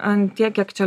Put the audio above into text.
ant tiek kiek čia